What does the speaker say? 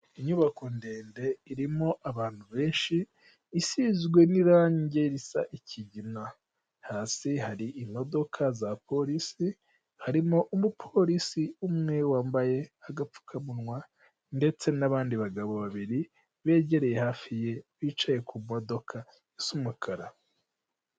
Inyubako ndende irimo abantu benshi, isizwe n'irangi risa ikigina, hasi hari imodoka za polisi, harimo umupolisi umwe wambaye agapfukamunwa, ndetse n'abandi bagabo babiri begereye hafi bicaye ku modoka isa umukara.